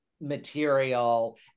material